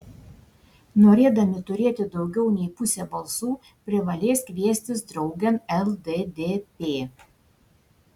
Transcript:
norėdami turėti daugiau nei pusę balsų privalės kviestis draugėn lddp